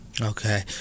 Okay